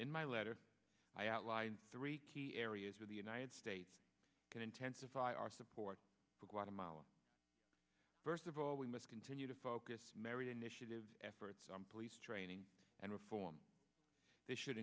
in my letter i outlined three key areas for the united states and intensify our support for guatemala first of all we must continue to focus married initiatives efforts on police training and reform this should